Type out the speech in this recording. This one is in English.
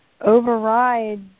override